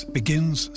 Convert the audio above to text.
begins